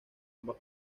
ambas